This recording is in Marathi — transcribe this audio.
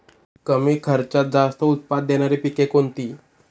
कमी खर्चात जास्त उत्पाद देणारी पिके कोणती?